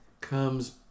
comes